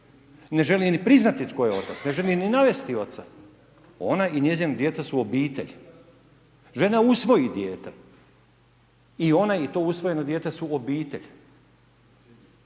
ne želi ni priznati tko je otac, ne želi ni navesti oca, ona i njezina djeca su obitelj. Žena usvoji dijete i ona i to usvojeno dijete su obitelj.